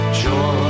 joy